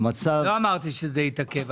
לא אמרתי שזה יתעכב.